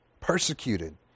persecuted